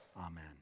Amen